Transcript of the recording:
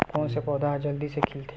कोन से पौधा ह जल्दी से खिलथे?